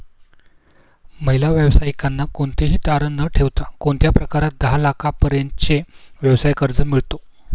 महिला व्यावसायिकांना कोणतेही तारण न ठेवता कोणत्या प्रकारात दहा लाख रुपयांपर्यंतचे व्यवसाय कर्ज मिळतो?